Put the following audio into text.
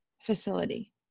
facility